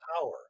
power